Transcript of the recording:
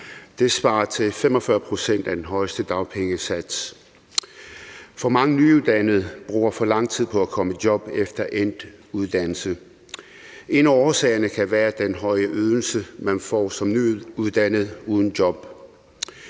Det svarer til 45 pct. af den højeste dagpengesats. For mange nyuddannede bruger for lang tid på at komme i job efter endt uddannelse, og en af årsagerne kan være den høje ydelse, man får som nyuddannet uden job.